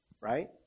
right